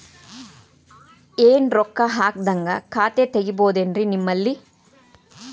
ಏನು ರೊಕ್ಕ ಹಾಕದ್ಹಂಗ ಖಾತೆ ತೆಗೇಬಹುದೇನ್ರಿ ನಿಮ್ಮಲ್ಲಿ?